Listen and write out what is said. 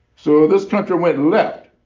so this country went left